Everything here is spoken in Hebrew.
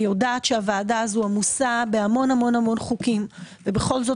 אני יודעת שהוועדה הזו עמוסה בהמון חוקים ובכל זאת